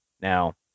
Now